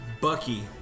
Bucky